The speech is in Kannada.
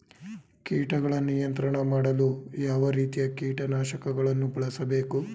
ಕೀಟಗಳ ನಿಯಂತ್ರಣ ಮಾಡಲು ಯಾವ ರೀತಿಯ ಕೀಟನಾಶಕಗಳನ್ನು ಬಳಸಬೇಕು?